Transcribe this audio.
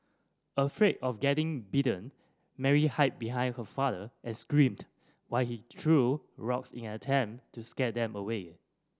afraid of getting bitten Mary hid behind her father and screamed while he threw rocks in an attempt to scare them away